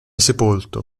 sepolto